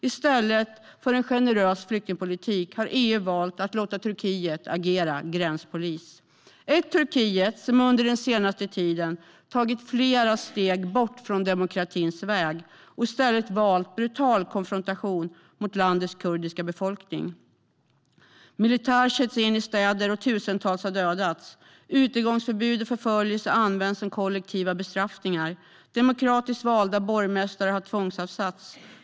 I stället för att ha en generös flyktingpolitik har EU valt att låta Turkiet agera gränspolis - ett Turkiet som under den senaste tiden har tagit flera steg bort från demokratins väg och i stället valt brutal konfrontation mot landets kurdiska befolkning. Militär sätts in i städer, och tusentals har dödats. Utegångsförbud och förföljelser används som kollektiva bestraffningar. Demokratiskt valda borgmästare har tvångsavsatts.